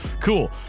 cool